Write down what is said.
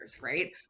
right